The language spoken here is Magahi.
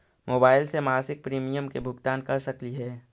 मोबाईल से मासिक प्रीमियम के भुगतान कर सकली हे?